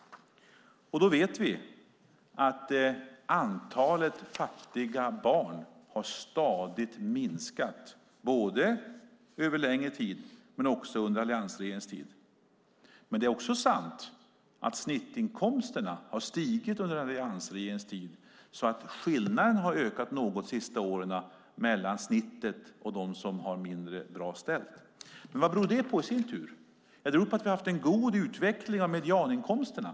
Då vet vi att antalet fattiga barn har stadigt minskat över en längre tid men också under alliansregeringens tid. Men det är också sant att snittinkomsterna har stigit under alliansregeringens tid, så att skillnaden har ökat något de senaste åren mellan snittet och de som har det mindre bra ställt. Vad beror det på i sin tur? Jo, det beror på att vi har haft en god utveckling av medianinkomsterna.